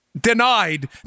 denied